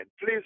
Please